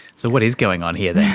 so what is going on here